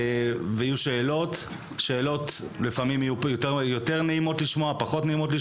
ויהיו שאלות, יותר נעימות או פחות נעימות.